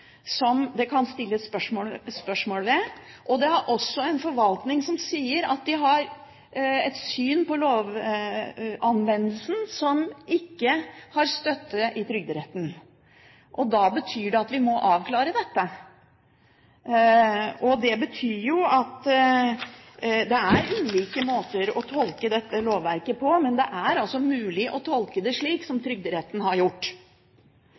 som det kan reises spørsmål ved; det er også en forvaltning som sier at de har et syn på lovanvendelsen som ikke har støtte i Trygderetten. Det betyr at vi må avklare dette. Det betyr at det er ulike måter å tolke dette lovverket på, men det er altså mulig å tolke det slik som Trygderetten har gjort.